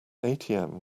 atm